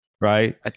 right